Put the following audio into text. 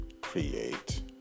create